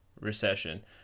recession